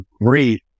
great